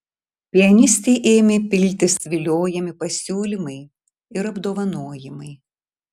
pianistei ėmė piltis viliojami pasiūlymai ir apdovanojimai